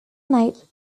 night